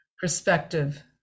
perspective